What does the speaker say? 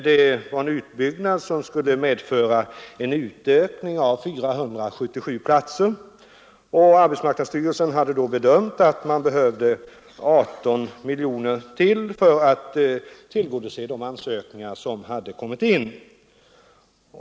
Det gällde en utbyggnad som skulle medföra en utökning med 477 platser. Arbetsmarknadsstyrelsen hade då gjort bedömningen att man behövde 18 miljoner till för att tillgodose de ansökningar som hade kommit in.